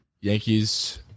Yankees